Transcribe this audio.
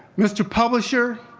mr. publisher,